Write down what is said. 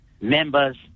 members